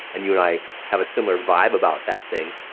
and you and i have a similar vibe about that thing.